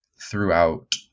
throughout